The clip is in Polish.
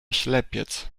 ślepiec